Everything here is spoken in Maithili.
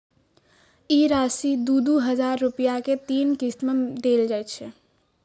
ई राशि दू दू हजार रुपया के तीन किस्त मे देल जाइ छै